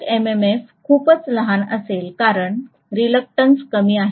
आवश्यकMMF खूपच लहान असेल कारण रीलक्टंस कमी आहे